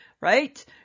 right